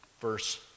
verse